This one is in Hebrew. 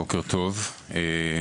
בוקר טוב,